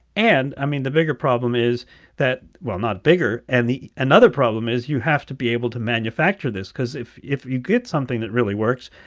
and, i mean, the bigger problem is that well, not bigger. and the another problem is you have to be able to manufacture this because if if you get something that really works,